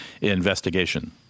investigation